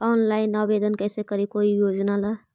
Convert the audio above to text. Online आवेदन कैसे करी कोई योजना ला?